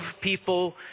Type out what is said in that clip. people